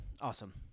Awesome